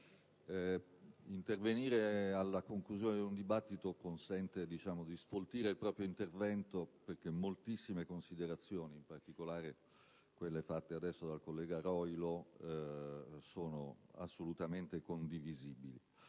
intervenire alla conclusione di un dibattito consente di sfoltire il proprio intervento, perché moltissime considerazioni, in particolare quelle fatte ora dal collega Roilo, sono assolutamente condivisibili.